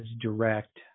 direct